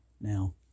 Now